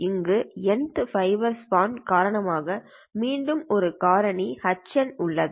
அங்கு Nth fibre span காரணமாக மீண்டும் ஒரு காரணி HN உள்ளது